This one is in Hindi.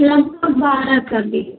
आपको बारह कर देंगे